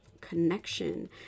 connection